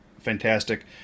fantastic